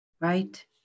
right